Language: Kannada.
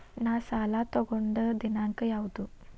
ನಾ ಸಾಲ ತಗೊಂಡು ದಿನಾಂಕ ಯಾವುದು?